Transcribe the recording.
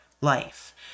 life